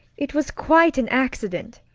it was quite an accident.